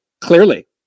Clearly